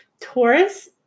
Taurus